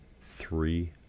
three